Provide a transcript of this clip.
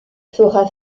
fera